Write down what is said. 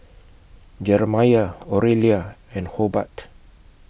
Jeremiah Orelia and Hobart